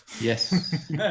Yes